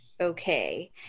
okay